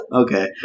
okay